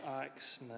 Acts